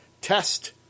Test